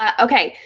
um ok.